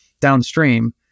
downstream